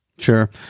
Sure